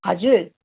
हजुर